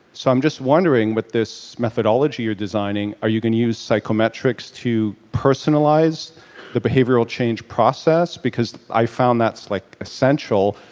so i'm just wondering with this methodology you're designing or you going to use psychometrics to personalize the behavioral change process? because i found that's like essential,